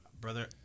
brother